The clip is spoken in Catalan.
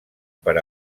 per